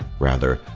rather,